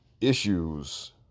issues